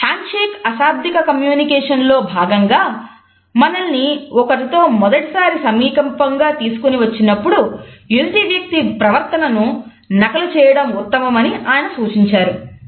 hand shake అశాబ్దిక communication లో భాగంగా మనల్ని ఒకరితో మొదటిసారి సమీపంగా తీసుకొని వచ్చినప్పుడు ఎదుటి వ్యక్తి ప్రవర్తనను నకలు చేయడం ఉత్తమమని ఆయన సూచించారు